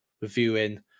reviewing